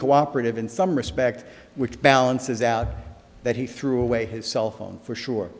cooperative in some respect which balances out that he threw away his cell phone for sure